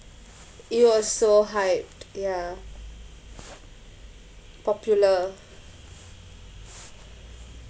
it was so hyped ya popular